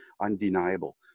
undeniable